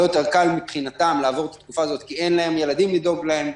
יותר קל מבחינתם לעבור את התקופה הזאת כי אין להם ילדים לדאוג להם,